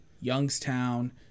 Youngstown